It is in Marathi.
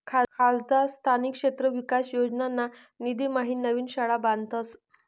खासदार स्थानिक क्षेत्र विकास योजनाना निधीम्हाईन नवीन शाळा बांधतस